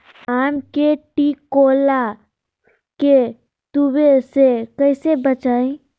आम के टिकोला के तुवे से कैसे बचाई?